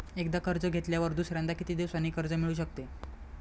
एकदा कर्ज घेतल्यावर दुसऱ्यांदा किती दिवसांनी कर्ज मिळू शकते?